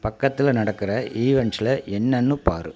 பக்கத்தில் நடக்கிற ஈவண்ட்ஸ்சில் என்னென்று பார்